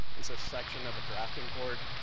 it's a section of a drafting board.